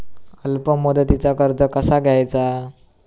अल्प मुदतीचा कर्ज कसा घ्यायचा?